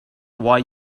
why